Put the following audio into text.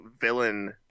villain